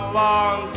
long